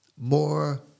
more